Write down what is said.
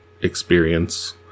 experience